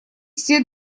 все